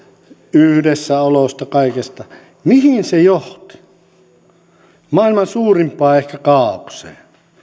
yhdessäolosta kaikesta mihin se johti ehkä maailman suurimpaan kaaokseen